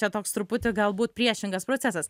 čia toks truputį galbūt priešingas procesas